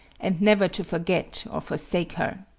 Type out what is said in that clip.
and never to forget or forsake her.